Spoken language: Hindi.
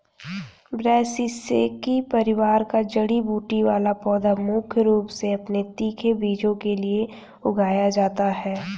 ब्रैसिसेकी परिवार का जड़ी बूटी वाला पौधा मुख्य रूप से अपने तीखे बीजों के लिए उगाया जाता है